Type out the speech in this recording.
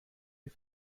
die